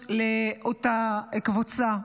הזדמנויות לאותה קבוצה.